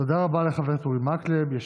תודה רבה לחבר הכנסת אורי מקלב.